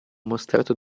mostrato